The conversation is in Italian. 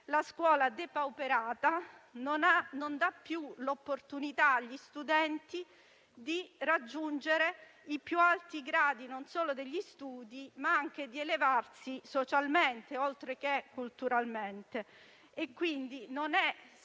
la scuola depauperata non dà più l'opportunità agli studenti di raggiungere i gradi più alti non solo degli studi, ma anche di elevarsi socialmente, oltre che culturalmente. Non è soltanto